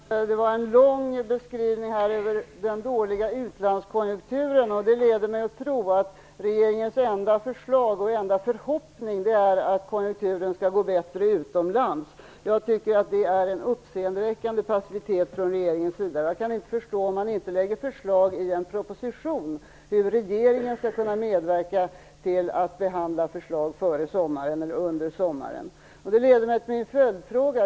Fru talman! Det var en lång beskrivning över den dåliga utlandskonjunkturen. Det leder mig att tro att regeringens enda förslag och enda förhoppning är att konjunkturen skall gå bättre utomlands. Jag tycker att det är en uppseendeväckande passivitet från regeringens sida. Jag kan inte förstå hur regeringen skall kunna medverka till att behandla förslag före eller under sommaren om man inte lägger fram förslag i en proposition. Det leder mig till min följdfråga.